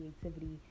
creativity